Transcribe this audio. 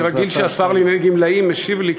אני רגיל שהשר לענייני גמלאים משיב לי,